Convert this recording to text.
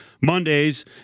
Mondays